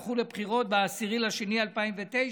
הלכו לבחירות ב-10 בפברואר 2009,